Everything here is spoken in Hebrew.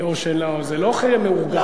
זה לא חרם מאורגן.